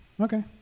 okay